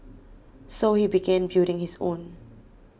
so he began building his own